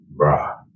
bruh